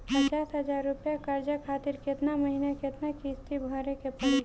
पचास हज़ार रुपया कर्जा खातिर केतना महीना केतना किश्ती भरे के पड़ी?